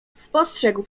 spostrzegł